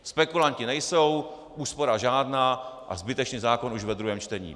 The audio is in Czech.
Spekulanti nejsou, úspora žádná a zbytečný zákon už ve druhém čtení.